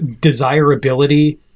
desirability